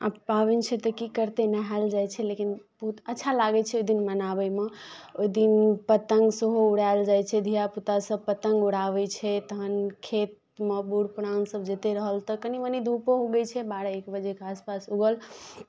आब पाबनि छै तऽ की करतै नहायल जाइ छै लेकिन अच्छा लागै छै ओहि दिन मनाबैमे ओहि दिन पतंग सेहो उड़ायल जाइ छै धियापुतासभ पतंग उड़ाबै छै तखन खेतमे बूढ़ पुरानसभ जतेक रहल तऽ कनि मनि धूपो उगै छै बारह एक बजेके आस पास उगल